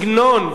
ציפי לבני